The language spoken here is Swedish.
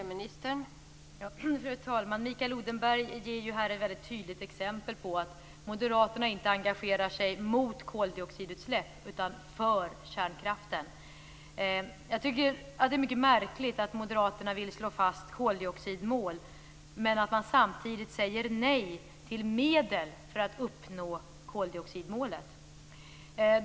Fru talman! Mikael Odenberg ger här ett väldigt tydligt exempel på att Moderaterna inte engagerar sig mot koldioxidutsläpp utan för kärnkraften. Det är mycket märkligt att Moderaterna vill slå fast koldioxidmål men samtidigt säger nej till medel för att uppnå koldioxidmålet.